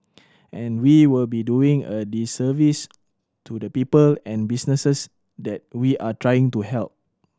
and we will be doing a disservice to the people and businesses that we are trying to help